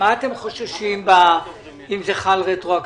מה אתם חוששים, אם זה חל רטרואקטיבית?